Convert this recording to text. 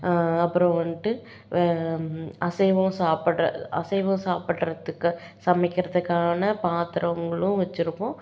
அப்புறம் வந்துட்டு அசைவம் சாப்பிட்ற அசைவம் சாப்பிட்றதுக்கு சமைக்கிறதுக்கான பாத்திரங்களும் வெச்சுருப்போம்